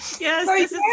Yes